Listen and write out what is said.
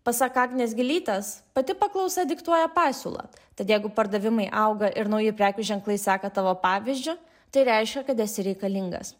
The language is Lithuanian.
pasak agnės gilytės pati paklausa diktuoja pasiūlą tad jeigu pardavimai auga ir nauji prekių ženklai seka tavo pavyzdžiu tai reiškia kad esi reikalingas